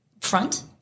front